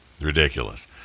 Ridiculous